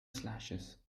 slashes